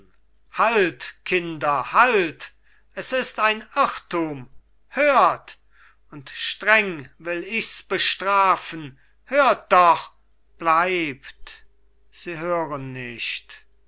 halt kinder halt es ist ein irrtum hört und streng will ichs bestrafen hört doch bleibt sie hören nicht